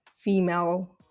female